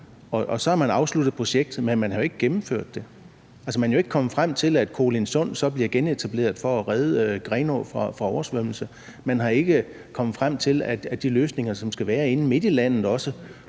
Og så har man afsluttet projektet, men man har jo ikke gennemført det. Altså, man er jo ikke kommet frem til, at Kolindsund så bliver genetableret for at redde Grenaa fra oversvømmelse; man er ikke kommet frem til de løsninger, som der også skal være inde midt i landet,